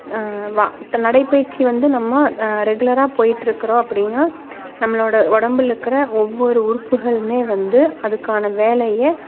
வா இப்போ நடைப்பயிற்சி வந்து நம்ம ரெகுலராக போயிட்டுருக்குறோம் அப்படின்னா நம்மளோட உடம்புல இருக்குற ஒவ்வொரு உறுப்புகளுமே வந்து அதுக்கான வேலையை